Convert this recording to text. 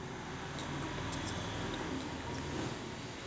चुनखडीच्या जमिनीत कोनचं पीक चांगलं राहीन?